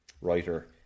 writer